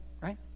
right